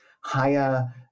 higher